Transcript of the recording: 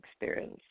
experience